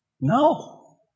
No